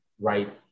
right